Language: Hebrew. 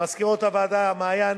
למזכירות הוועדה מעיין,